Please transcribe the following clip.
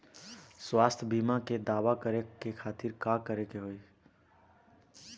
स्वास्थ्य बीमा के दावा करे के खातिर का करे के होई?